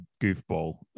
goofball